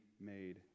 made